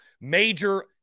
major